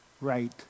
right